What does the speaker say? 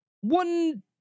one